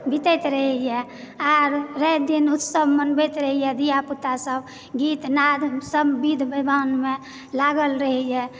बितैत रहैया आर राति दिन उत्सव मनबैत रहैया धिया पुता सब गीतनाद सब विध व्यवहारमे लागल रहैया